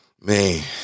Man